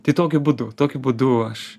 tai tokiu būdu tokiu būdu aš